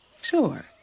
Sure